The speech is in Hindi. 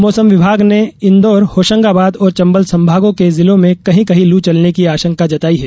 मौसम विभाग ने इंदौर होशंगाबाद और चंबल संभागों के जिलों में कहीं कहीं लू चलने की आशंका जताई है